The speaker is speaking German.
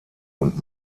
und